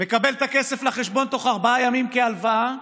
מקבל את הכסף לחשבון תוך ארבעה ימים כהלוואה,